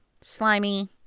slimy